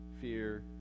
fear